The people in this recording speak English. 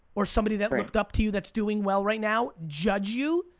or somebody that looked up to you that's doing well right now, judge you,